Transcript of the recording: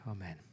Amen